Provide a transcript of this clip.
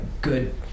good